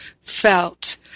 felt